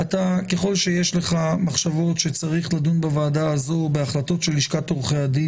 ככל שיש לך מחשבות שצריך לדון בוועדה הזו בהחלטות של לשכת עורכי הדין,